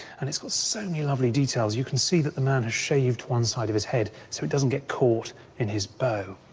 and it's got so many lovely details. you can see that the man has shaved one side of his head, so it doesn't get caught in his bow.